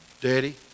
daddy